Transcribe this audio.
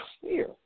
clear